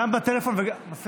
גם בטלפון וגם, מה?